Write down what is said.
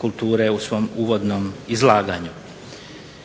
kulture u svom uvodnom izlaganju.